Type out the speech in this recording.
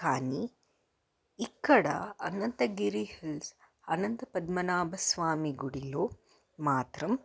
కానీ ఇక్కడ అనంతగిరి హిల్స్ అనంతపద్మనాభ స్వామి గుడిలో మాత్రం